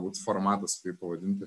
būti formatas kaip pavadinti